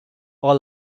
all